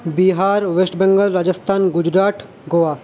Bihar West Bengal Rajasthan Gujarat Goa